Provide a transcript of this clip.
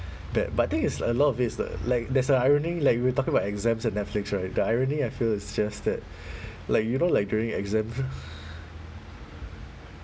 bad but I think is a lot of it's like there's a irony like we were talking about exams and netflix right the irony I feel it's just that like you know like during exam